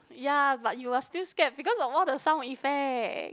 ya but you must feel scared because of all the sound effect